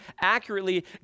accurately